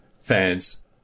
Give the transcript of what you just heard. fans